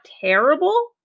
terrible